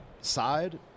Side